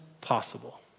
possible